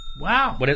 Wow